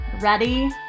Ready